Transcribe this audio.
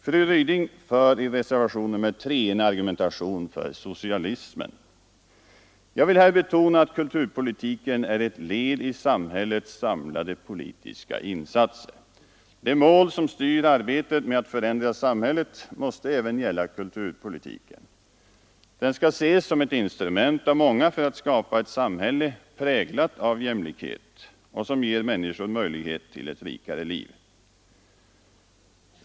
Fru Ryding för i reservationen 3 en argumentation för socialismen. Jag vill här betona att kulturpolitiken är ett led i samhällets samlade politiska insatser. De mål som styr arbetet med att förändra samhället måste även gälla kulturpolitiken. Den skall ses som ett instrument för att skapa ett samhälle som är präglat av jämlikhet och som ger människor möjlighet till ett rikare liv.